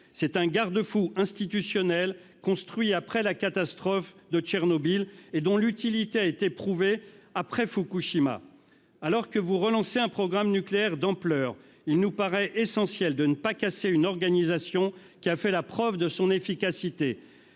C'est un garde-fou institutionnel mis en place après la catastrophe de Tchernobyl et dont l'utilité a été prouvée après Fukushima. Alors que vous relancez un programme nucléaire d'ampleur, il nous paraît essentiel de ne pas casser une organisation qui a fait la preuve de son efficacité.